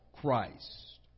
Christ